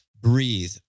breathe